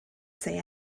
say